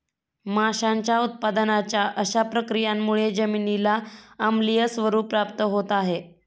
माशांच्या उत्पादनाच्या अशा प्रक्रियांमुळे जमिनीला आम्लीय स्वरूप प्राप्त होत आहे